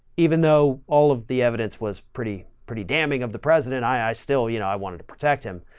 even though all of the evidence was pretty, pretty damning of the president. i i still, you know, i wanted to protect him.